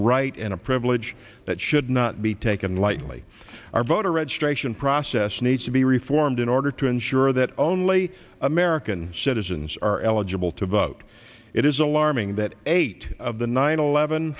right and a privilege that should not be taken lightly our voter registration process needs to be reformed in order to ensure that only american citizens are eligible to vote it is alarming that eight of the nine eleven